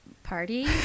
party